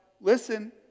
listen